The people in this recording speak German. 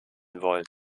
wollen